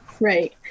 Right